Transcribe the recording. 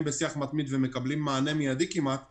בשיח מתמיד ומקבלים מענה כמעט מידי,